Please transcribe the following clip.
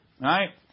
right